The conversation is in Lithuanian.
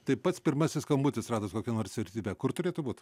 tai pats pirmasis skambutis radus kokią nors vertybę kur turėtų būt